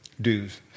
Dues